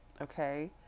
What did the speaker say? okay